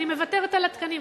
אני מוותרת על התקנים,